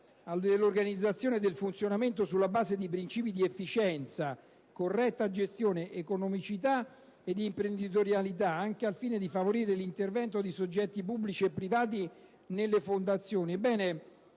dell'organizzazione e del funzionamento sulla base dei principi di efficienza, corretta gestione, economicità ed imprenditorialità, anche al fine di favorire l'intervento di soggetti pubblici e privati nelle fondazioni".